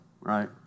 right